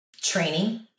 training